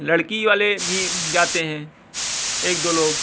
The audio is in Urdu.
لڑکی والے بھی جاتے ہیں ایک دو لوگ